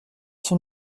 son